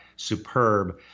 superb